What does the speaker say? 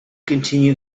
continue